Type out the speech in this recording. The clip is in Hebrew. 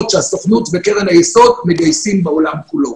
שהסוכנות וקרן היסוד מגייסים בעולם כולו.